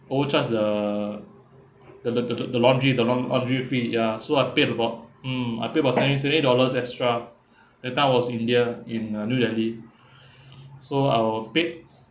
overcharged the the the the the laundry the laun~ laundry fee ya so I paid about mm I pay about seventy seventy dollars extra that time I was in india in uh new delhi so our beds